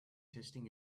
testing